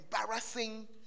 embarrassing